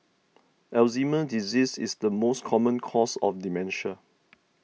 Alzheimer's disease is the most common cause of dementia